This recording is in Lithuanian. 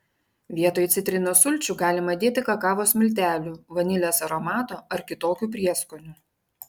vietoj citrinos sulčių galima dėti kakavos miltelių vanilės aromato ar kitokių prieskonių